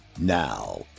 Now